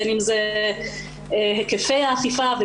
בין אם זה היקפי האכיפה,